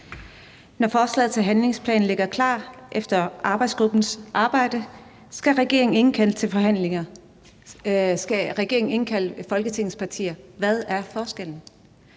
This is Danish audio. Når forslaget til handlingsplan ligger klar efter arbejdsgruppens arbejde, skal regeringen indkalde Folketingets partier. Hvad er forskellen?